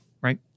Right